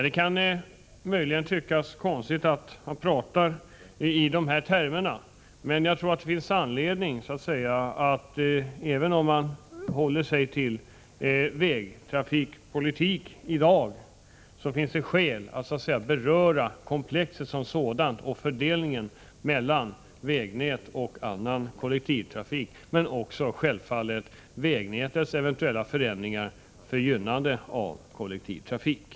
Det kan möjligen tyckas konstigt att tala i dessa termer, men jag tror att det finns skäl att — även om vi i dag håller oss till vägtrafiken — beröra komplexet som sådant och fördelningen mellan privatbilism och kollektivtrafik men också självfallet vägnätets eventuella förändringar för gynnande av kollektivtrafik.